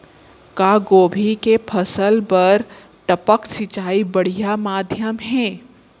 का गोभी के फसल बर टपक सिंचाई बढ़िया माधयम हे?